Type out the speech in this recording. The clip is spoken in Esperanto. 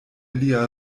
lia